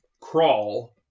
Crawl